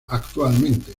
actualmente